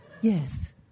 Yes